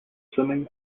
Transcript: swimming